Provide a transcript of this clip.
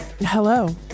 Hello